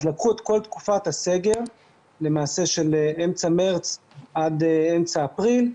אז לקחו את כל תקופת הסגר של אמצע מרץ עד אמצע אפריל,